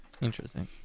interesting